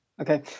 okay